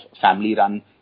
family-run